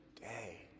day